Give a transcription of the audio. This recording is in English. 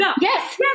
Yes